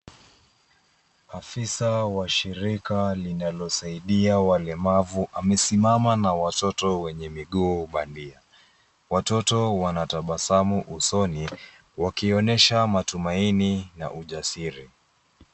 Afisa wa shirika linalosaidia walemavu ,amesimama na watoto wenye miguu bandia .Watoto wana tabasamu usoni , wakionesha matumaini na ujasiri.